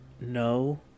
no